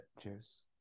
Cheers